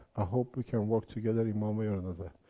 i hope we can work together in one way or another.